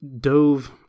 dove